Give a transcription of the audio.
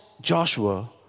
Joshua